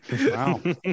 Wow